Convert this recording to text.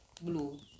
Blue